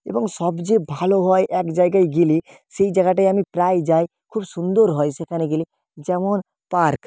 এবং সবচেয়ে ভালো হয় এক জায়গায় গেলে সেই জায়গাটায় আমি প্রায়ই যাই খুব সুন্দর হয় সেখানে গেলে যেমন পার্ক